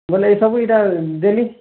ବେଲେ ଏ ସବୁ ଇ'ଟା ଦେମି